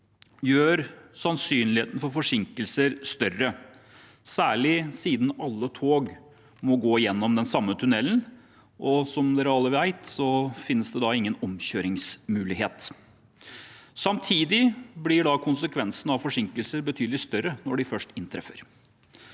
gjør sannsynligheten for forsinkelser større, særlig siden alle tog må gå gjennom den samme tunnelen, og som alle vet, finnes det ingen omkjøringsmuligheter. Samtidig blir da konsekvensen av forsinkelser betydelig større når de først inntreffer.